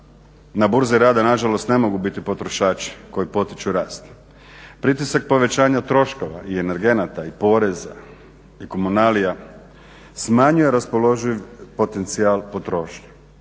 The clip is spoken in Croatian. na burzi rada na žalost ne mogu biti potrošači koji potiču rast. Pritisak povećanja troškova i energenata i poreza i komunalija smanjuje raspoloživ potencijal potrošnje,